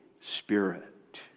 Spirit